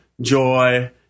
joy